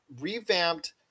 revamped